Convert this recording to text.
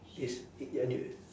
is it and you